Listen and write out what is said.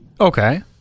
Okay